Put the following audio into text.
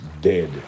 dead